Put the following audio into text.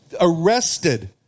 arrested